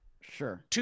Sure